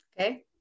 okay